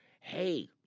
hey